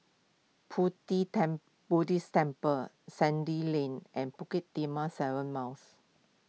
Pu Ti Buddhist Temple Sandy Lane and Bukit Timah seven Miles